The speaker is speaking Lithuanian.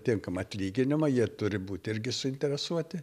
tinkamą lyginimą jie turi būti irgi suinteresuoti